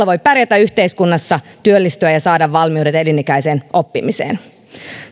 voi pärjätä yhteiskunnassa työllistyä ja saada valmiudet elinikäiseen oppimiseen